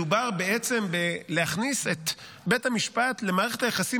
מדובר בלהכניס את בית המשפט למערכת היחסים